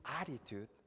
attitude